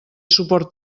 suport